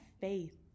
faith